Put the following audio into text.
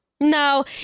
no